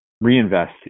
reinvest